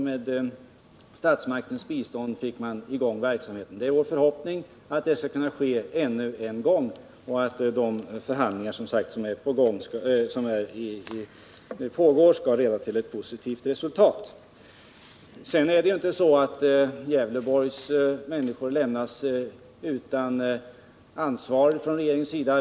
Med statsmaktens bistånd fick man då i gång verksamheten. Det är min förhoppning att så skall kunna ske ännu en gång och att de förhandlingar som pågår skall leda till ett positivt resultat. Gävleborgs människor lämnas inte utan intresse från regeringens sida.